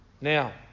Now